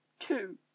Two